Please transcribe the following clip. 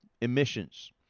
emissions